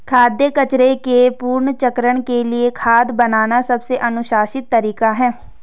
खाद्य कचरे के पुनर्चक्रण के लिए खाद बनाना सबसे अनुशंसित तरीका है